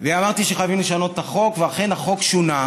ואמרתי שחייבים לשנות את החוק, ואכן החוק שונה.